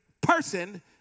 person